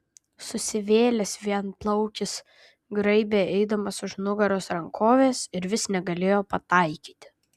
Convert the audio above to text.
susivėlęs vienplaukis graibė eidamas už nugaros rankoves ir vis negalėjo pataikyti